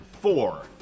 four